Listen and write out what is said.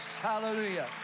hallelujah